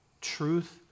truth